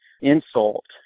insult